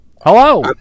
Hello